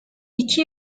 i̇ki